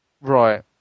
Right